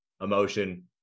emotion